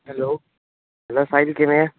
hello Sahil ਕਿਵੇਂ ਹੈ